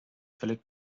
völlig